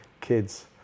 kids